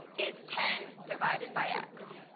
is ten divided by x.